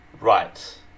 Right